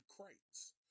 crates